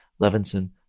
Levinson